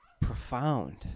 profound